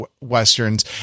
westerns